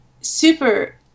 super